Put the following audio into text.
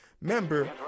member